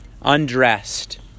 undressed